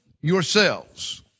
yourselves